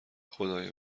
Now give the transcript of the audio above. خدای